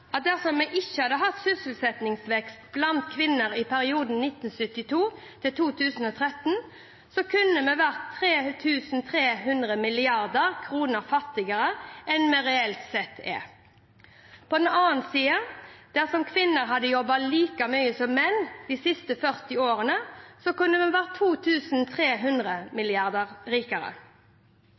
at dersom vi ikke hadde hatt sysselsettingsvekst blant kvinner i perioden 1972–2013, kunne vi vært 3 300 mrd. kr fattigere enn vi reelt sett er. På den andre siden, dersom kvinner hadde jobbet like mye som menn de siste 40 årene, kunne vi vært 2 300 mrd. kr rikere.